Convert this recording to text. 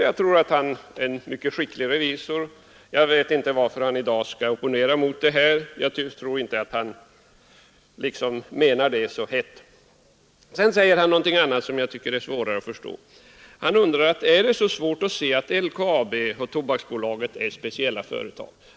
Jag tror att han är en mycket skicklig revisor. Jag vet inte varför han opponerar sig i dag, och jag tror inte heller att detta ligger så djupt hos herr Regnéll. Men sedan frågar herr Regnéll — och det förvånar mig mer — om det är så svårt att inse att LKAB och Tobaksbolaget är speciella företag.